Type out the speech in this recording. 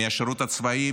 מהשירות הצבאי,